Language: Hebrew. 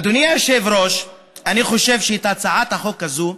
אדוני היושב-ראש, אני חושב שהצעת החוק הזאת,